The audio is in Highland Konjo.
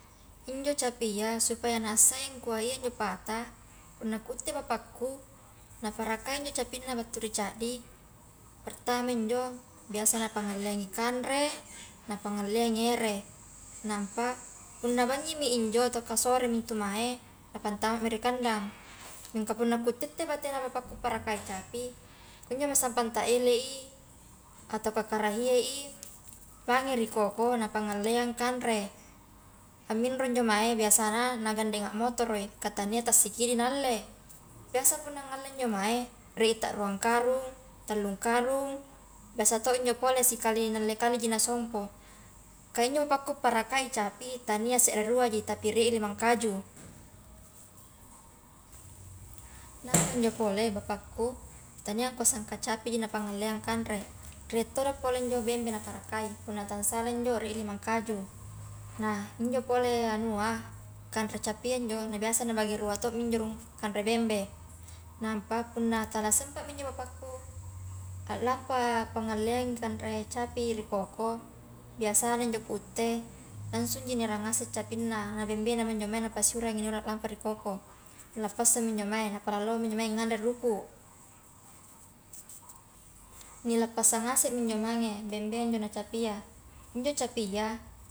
Injo capia supaya nassai ngkua iya injo pata, punna kutte bapakku naparakai injo capinna battu ri caddi, pertama injo biasa napangalleangi kanre, napangalleangi ere, nampa punna bangimi injo ataukah soremi intu mae, napantamami ri kandang, mingka punna kutta ittei batenna bapakku parakai capi, kunjomi sampang ka elei atauka karahie i mange ri koko napangalleang kanre, aminro injo mae biasana nagandeng a motoroi ka tania ta sikidi na alle, biasa punna ngalle injo mae rie ta ruang karung, tallung karung, biasa to injo pole sikali na alle kaliji na sompo, ka injo bapakku pirakai i capi, tania serre ruaji tapi rie limang kaju, nakke njo pole bapakku tania kua sangka capiji napangalleang kanre, rie todo pole njo bembe naparakai punna tala sala injo rie limang kaju, nah injo pole anua kanre capia injo nu biasa nabagi rua to mi injo rung kanre bembe, nampa punna tala sempa mi injo bapakku a lampa pangaleangi kanre capi ri koko biasana njo kutte, langsungji naerang ngaseng capinna, nabembenami injo mage na pasiurangi lampa ri koko nalappassangmi injo mange napalaloangmi injo mae nganre ruku, nilappasa ngasemmi injo mange bembea injo na capia, injo capia.